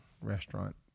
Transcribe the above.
restaurant